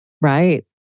Right